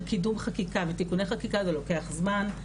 קידום חקיקה ותיקוני חקיקה זה לוקח זמן,